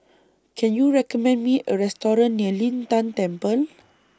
Can YOU recommend Me A Restaurant near Lin Tan Temple